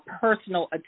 personal